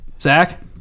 Zach